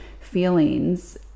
feelings